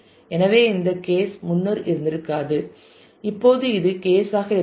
எனவே இந்த கேஸ் முன்னர் இருந்திருக்காது இப்போது இது கேஸ் ஆக இருக்கலாம்